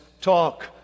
talk